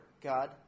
God